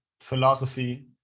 philosophy